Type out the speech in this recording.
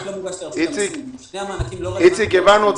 איציק, הבנו.